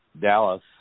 Dallas